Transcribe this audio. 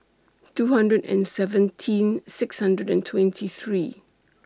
two hundred and seventeen six hundred and twenty three